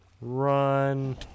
Run